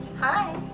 hi